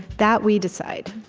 that, we decide.